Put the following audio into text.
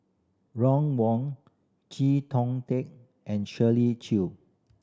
Ron Wong Chee Kong Tet and Shirley Chew